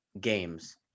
games